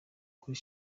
kuri